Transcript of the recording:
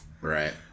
Right